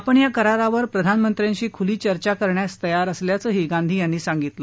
आपण या करारावर प्रधानमंत्र्यांशी खुली चर्चा करण्यात तयार असल्याचंही गांधी यांनी सांगितलं